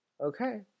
Okay